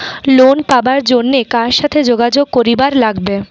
Loan পাবার জন্যে কার সাথে যোগাযোগ করিবার লাগবে?